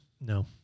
No